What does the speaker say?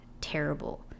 terrible